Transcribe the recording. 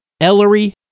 Ellery